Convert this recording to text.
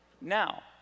Now